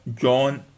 John